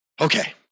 Okay